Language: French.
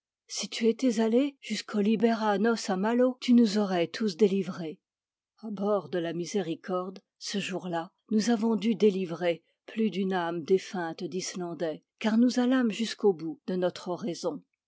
si tu étais allé jusqu'au libera nos a malo tu nous aurais tous délivrés a bord de la miséricorde ce jour-là nous avons dû délivrer plus d'une âme défunte d'islandais car nous allâmes jusqu'au bout de notre oraison